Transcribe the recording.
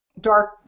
dark